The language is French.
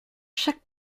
chaque